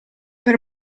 per